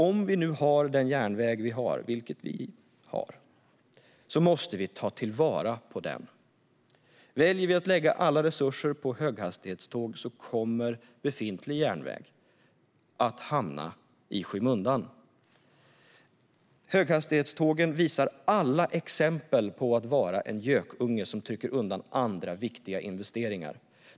Om vi nu har den järnväg vi har, vilket vi har, måste vi ta vara på den. Väljer vi att lägga alla resurser på höghastighetståg kommer befintlig järnväg att hamna i skymundan. Höghastighetstågen uppvisar alla tecken på att vara en gökunge som trycker undan andra viktiga investeringar.